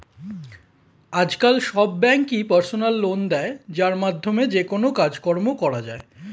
আজকাল সব ব্যাঙ্কই পার্সোনাল লোন দেয় যার মাধ্যমে যেকোনো কাজকর্ম করা যায়